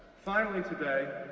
finally today,